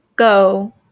go